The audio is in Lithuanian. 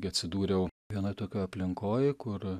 gi atsidūriau vienoj tokioj aplinkoj kur